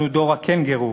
אנחנו דור הקנגורו.